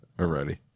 already